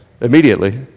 immediately